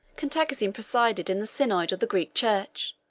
cantacuzene presided in the synod of the greek church,